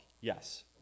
Yes